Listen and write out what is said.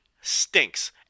stinks